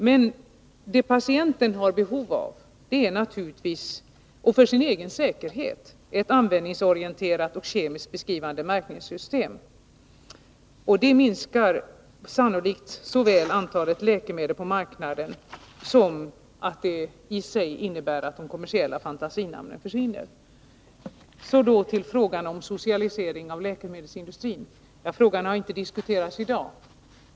Men det patienten har behov av — för sin egen säkerhet — är naturligtvis ett användningsorienterat och kemiskt beskrivande märkningssystem. Ett sådant skulle sannolikt både minska antalet läkemedel på marknaden och innebära att de kommersiella fantasinamnen försvinner. Så till frågan om socialisering av läkemedelsindustrin. Frågan har inte diskuterats i dag.